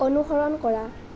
অনুসৰণ কৰা